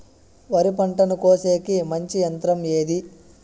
వరి పంటను కోసేకి మంచి యంత్రం ఏది?